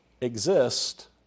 exist